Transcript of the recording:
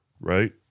right